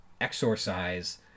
exorcise